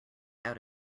out